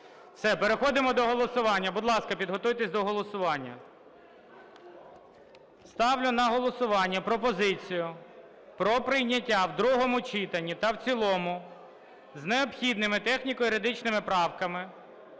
Все, переходимо до голосування. Будь ласка, підготуйтесь до голосування. Ставлю на голосування пропозицію про прийняття в другому читанні та в цілому з необхідними техніко-юридичними правками